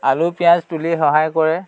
আলু পিঁয়াজ তুলি সহায় কৰে